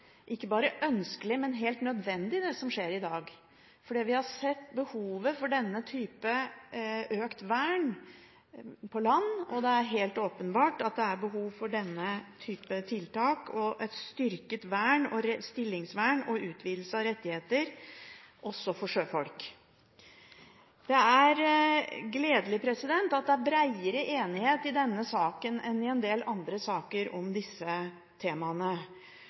ønskelig, men som helt nødvendig. Vi har sett behovet for denne typen økt vern på land, og det er helt åpenbart at det er behov for denne typen tiltak og et styrket stillingsvern og en utvidelse av rettigheter også for sjøfolk. Det er gledelig at det er bredere enighet i denne saken enn i en del andre saker om disse temaene.